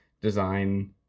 design